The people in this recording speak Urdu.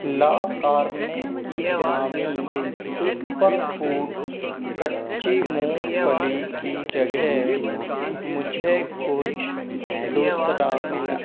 لا کارنے کی گرامی سوپر فوڈ کچی مونگ پھلی کی جگہ مجھے کچھ دوسرا ملا